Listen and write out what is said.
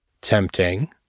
Tempting